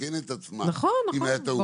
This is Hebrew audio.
לתקן את עצמה אם הייתה טעות.